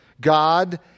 God